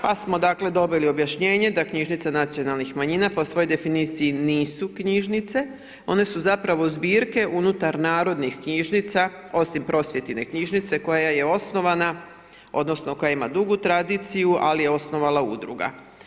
Pa smo dakle dobili objašnjenje da knjižnice nacionalnih manjina po svojoj definiciji nisu knjižnice, one su zapravo zbirke unutar narodnih knjižnica osim prosvjetne knjižnice koja je osnovana odnosno koja ima dugu tradiciju ali je osnovala udruga.